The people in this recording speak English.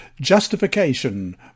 Justification